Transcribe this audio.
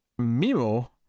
Mimo